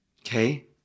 Okay